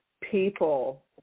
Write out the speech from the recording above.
people